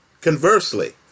Conversely